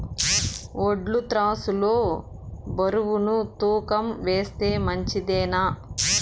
వడ్లు త్రాసు లో బరువును తూకం వేస్తే మంచిదేనా?